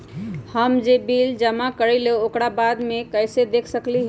हम जे बिल जमा करईले ओकरा बाद में कैसे देख सकलि ह?